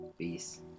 Peace